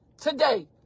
Today